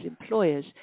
employers